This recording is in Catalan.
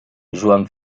joan